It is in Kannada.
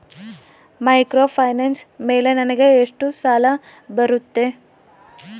ಮೈಕ್ರೋಫೈನಾನ್ಸ್ ಮೇಲೆ ನನಗೆ ಎಷ್ಟು ಸಾಲ ಬರುತ್ತೆ?